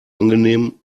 angenehm